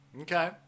Okay